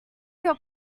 your